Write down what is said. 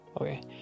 Okay